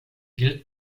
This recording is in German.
gilt